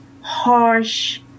harsh